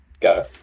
Go